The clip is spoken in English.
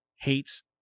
hates